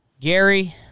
Gary